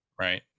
right